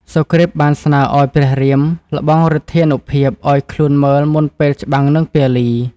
សុគ្រីពបានស្នើឱ្យព្រះរាមល្បងឫទ្ធានុភាពឱ្យខ្លួនមើលមុនពេលច្បាំងនឹងពាលី។